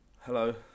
Hello